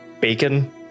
bacon